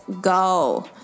go